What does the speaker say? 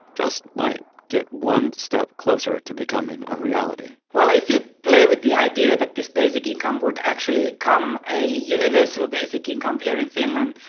just might, get one step closer to becoming a reality well, if you play with the idea that this basic income would actually come a universal income here in finland,